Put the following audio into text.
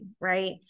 right